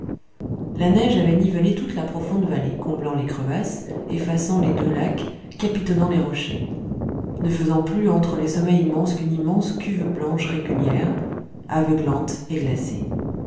la neige avait nivelé toute la profonde vallée comblant les crevasses effaçant les deux lacs capitonnant les rochers ne faisant plus entre les sommets immenses qu'une immense cuve blanche régulière aveuglante et glacée